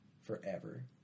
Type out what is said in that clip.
forever